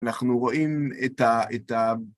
אנחנו רואים את ה...